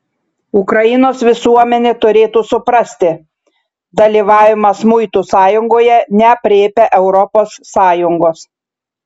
ukrainos visuomenė turėtų suprasti dalyvavimas muitų sąjungoje neaprėpia europos sąjungos